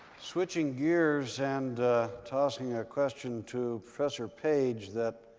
switching gears and tossing a question to professor page that